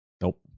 nope